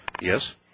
yes